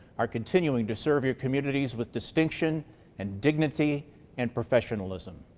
are continuing to serve your communities with distinction and dignity and professionalism.